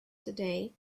today